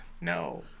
No